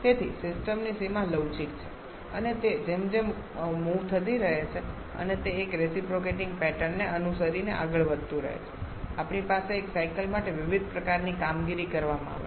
તેથી સિસ્ટમની સીમા લવચીક છે અને તે જેમ જેમ મૂવ થતી રહે છે અને તે એક રેસીપ્રોકેટીંગ પેટર્નને અનુસરીને આગળ વધતું રહે છે આપણી પાસે એક સાયકલ માટે વિવિધ પ્રકારની કામગીરી કરવામાં આવે છે